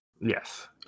Yes